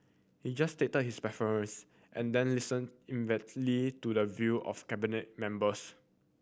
he just stated his preference and then listen inventively to the view of Cabinet members